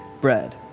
bread